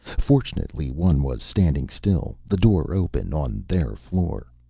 fortunately one was standing still, the door open, on their floor.